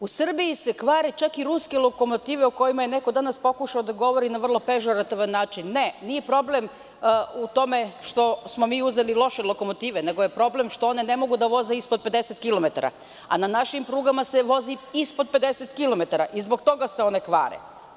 U Srbiji se kvare čak i ruske lokomotive o kojima je neko danas pokušao da govori na vrlo pežorativan način, ne nije problem u tome što smo mi uzeli loše lokomotive, nego je problem što one mogu da voze ispod 50 kilometara, a na našim prugama se vozi ispod 50 kilometara i zbog toga se one kvare.